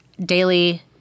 daily